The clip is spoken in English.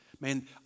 man